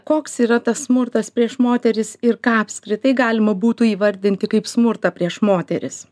koks yra tas smurtas prieš moteris ir ką apskritai galima būtų įvardinti kaip smurtą prieš moteris